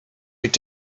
mit